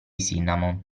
cinnamon